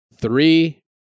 three